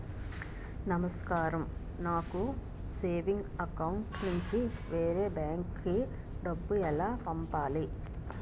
నమస్కారం నాకు savings account నుంచి వేరే బ్యాంక్ కి డబ్బు ఎలా పంపాలి?